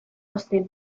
hozten